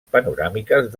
panoràmiques